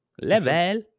level